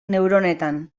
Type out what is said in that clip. neuronetan